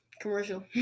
Commercial